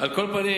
על כל פנים,